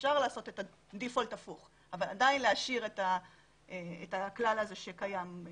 אפשר לעשות את הדיפולט הפוך אבל עדיין להשאיר את הכלל הזה שקיים,